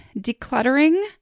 Decluttering